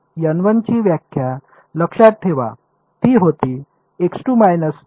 ची व्याख्या लक्षात ठेवा ती होती